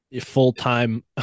full-time